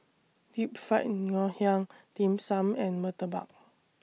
Deep Fried Ngoh Hiang Dim Sum and Murtabak